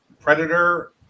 Predator